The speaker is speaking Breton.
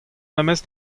memes